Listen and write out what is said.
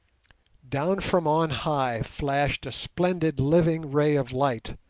down from on high flashed a splendid living ray of light,